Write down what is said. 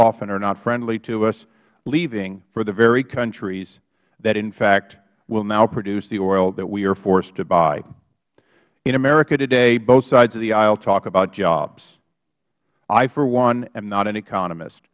often are not friendly to us leaving for the very countries that in fact will now produce the oil that we are forced to buy in america today both sides of the aisle talk about jobs i for one am not an economist